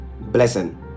Blessing